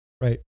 Right